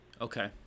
Okay